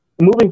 moving